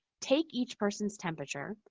take each person's temperature.